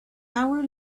hour